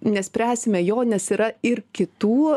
nespręsime jo nes yra ir kitų